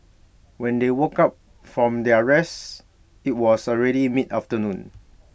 when they woke up from their rest IT was already mid afternoon